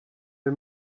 der